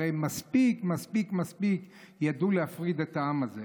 הרי הם מספיק מספיק מספיק ידעו להפריד את העם הזה.